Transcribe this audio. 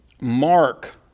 mark